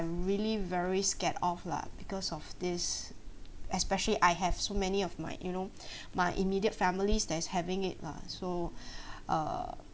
really very scared of lah because of this especially I have so many of my you know my immediate families that's having it lah so err